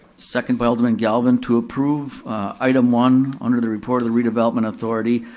second by alderman galvin to approve item one under the report of the redevelopment authority.